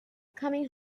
coming